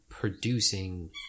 producing